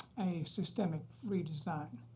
a systematic redesign.